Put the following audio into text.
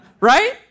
Right